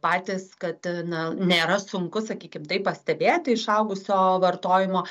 patys kad na nėra sunku sakykim tai pastebėti išaugusio vartojimo